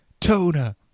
Tona